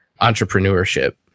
entrepreneurship